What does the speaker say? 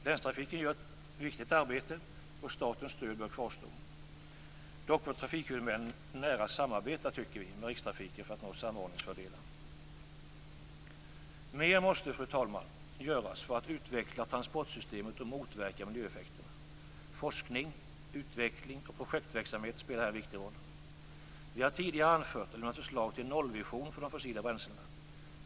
Länstrafiken gör ett viktigt arbete, och statens stöd bör kvarstå. Vi tycker dock att trafikhuvudmännen nära bör samarbeta med rikstrafiken för att nå samordningsfördelar. Mer måste, fru talman, göras för att utveckla transportsystemet och motverka miljöeffekterna. Forskning, utveckling och projektverksamhet spelar här en viktig roll. Vi har tidigare anfört och lämnat förslag till en nollvision för de fossila bränslena.